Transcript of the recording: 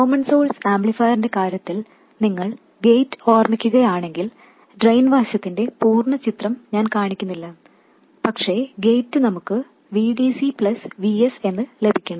common source ആംപ്ലിഫയറിന്റെ കാര്യത്തിൽ നിങ്ങൾ ഗേറ്റ് ഓർമിക്കുകയാണെങ്കിൽ ഡ്രെയിൻ വശത്തിന്റെ പൂർണ്ണ ചിത്രം ഞാൻ കാണിക്കുന്നില്ല പക്ഷേ ഗേറ്റ് നമുക്ക് Vdc Vs ലഭിക്കണം